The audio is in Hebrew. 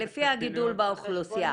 לפי הגידול באוכלוסייה.